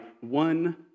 one